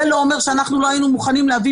זה לא אומר שאנחנו לא היינו מוכנים להביא